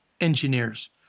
engineers